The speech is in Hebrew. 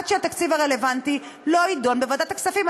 כל עוד התקציב הרלוונטי לא יידון בוועדת הכספים.